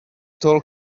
tall